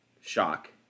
shock